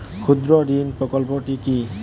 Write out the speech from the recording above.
ক্ষুদ্রঋণ প্রকল্পটি কি?